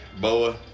Boa